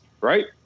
right